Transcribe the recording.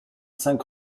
cinq